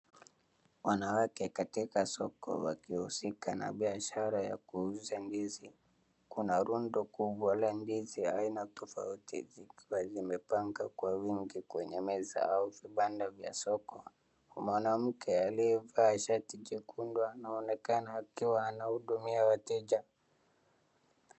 Wanawake katika soko wakihusika na biashara ya kuuza ndizi. Kuna rundu kubwa la ndizi aina tofauti zikiwa zimepangwa kwa wingi kwenye meza au vibanda vya soko. Kuna mwanamke aliyevaa shati jekundu anayeonekana akiwa anahudumia wateja.